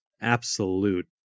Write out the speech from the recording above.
absolute